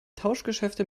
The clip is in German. tauschgeschäfte